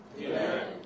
Amen